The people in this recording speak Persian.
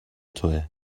تویه